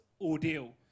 Ordeal